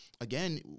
again